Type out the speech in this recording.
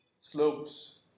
slopes